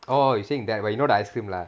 orh you saying that [one] you know the ice cream lah